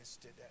today